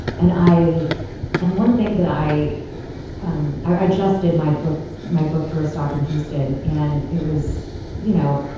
and i and one thing that i um i just did my book my book tour stop in houston. and it was, you know,